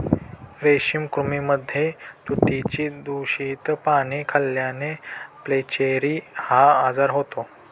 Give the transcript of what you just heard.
रेशमी कृमींमध्ये तुतीची दूषित पाने खाल्ल्याने फ्लेचेरी हा आजार होतो